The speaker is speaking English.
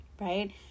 right